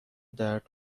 درد